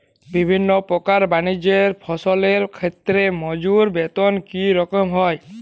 বিভিন্ন প্রকার বানিজ্য ফসলের ক্ষেত্রে মজুর বেতন কী রকম হয়?